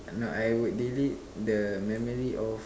no I would delete the memory of